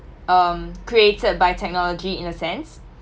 um created by technology in a sense